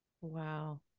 Wow